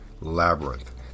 Labyrinth